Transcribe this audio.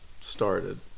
started